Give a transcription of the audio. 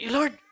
Lord